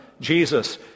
Jesus